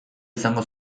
izango